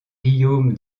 guillaume